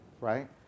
right